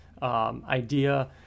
Idea